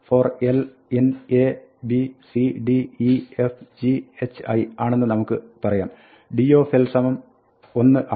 for l in a b c d e f g h i ആണെന്ന് നമുക്ക് പറയാം dl സമം l ആണ്